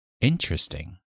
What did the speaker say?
Interesting